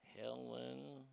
Helen